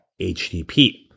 HTTP